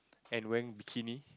and wear bikini